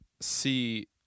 see